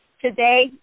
Today